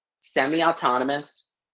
semi-autonomous